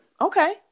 Okay